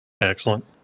Excellent